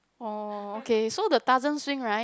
oh okay so the Tarzan swing right